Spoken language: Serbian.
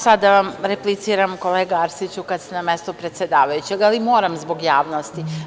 Kako sada da vam repliciram, kolega Arsiću, kad ste na mestu predsedavajućeg, ali moram zbog javnosti.